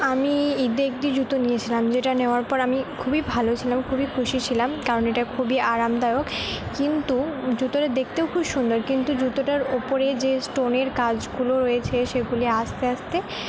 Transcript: আমি ঈদে একটি জুতো নিয়েছিলাম যেটা নেওয়ার পর আমি খুবই ভালো ছিলাম খুবই খুশি ছিলাম কারণ এটা খুবই আরামদায়ক কিন্তু জুতোটা দেখতেও খুব সুন্দর কিন্তু জুতোটার ওপরে যে স্টোনের কাজগুলো রয়েছে সেগুলি আস্তে আস্তে